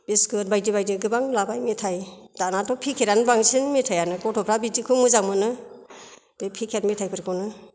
biscuit बायदि बायदि गोबां लाबाय मेथाइ दानाथ' पेकेट आनो बांसिन मेथाइयानो मेथाइयानो गथ'फ्रा बिदिखौ मोजां मोनो बे पेकेट नि मेथाइफोरखौनो